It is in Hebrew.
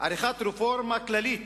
עריכת רפורמה כללית